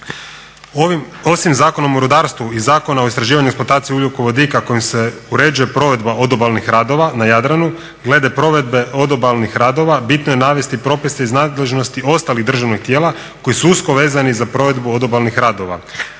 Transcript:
Osim Zakonom o rudarstvu i Zakona o istraživanju i eksploataciji ugljikovodika kojim se uređuje provedba odobalnih radova na Jadranu, glede provedbe odobalnih radova bitno je navesti propise iz nadležnosti ostalih državnih tijela koji su usko vezani za provedbu odobalnih radova